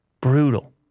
Brutal